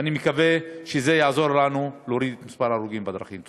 ואני מקווה שזה יעזור לנו להוריד את מספר ההרוגים בדרכים.